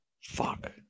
fuck